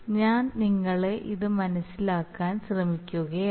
ഞാൻ നിങ്ങളെ ഇത് മനസിലാക്കാൻ ശ്രമിക്കുകയായിരുന്നു